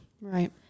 Right